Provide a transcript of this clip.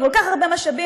עם כל כך הרבה משאבים,